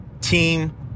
team